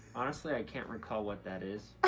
honestly i can't recall what that is.